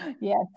Yes